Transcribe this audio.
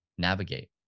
Navigate